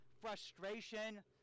frustration